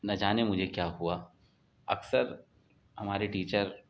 نہ جانے مجھے کیا ہوا اکثر ہمارے ٹیچر